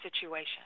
situation